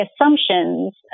assumptions